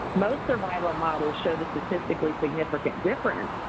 most survival models show the statistically significant difference,